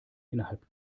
innerhalb